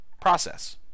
process